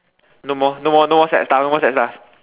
no more no more no more sad stuff no more sad stuff